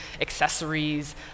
accessories